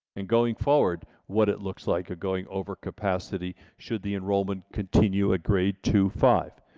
and going forward what it looks like going over capacity should the enrollment continue at grade two five.